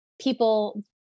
people